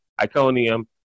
Iconium